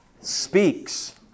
Speaks